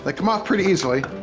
like come off pretty easily.